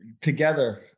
Together